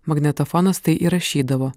magnetofonas tai įrašydavo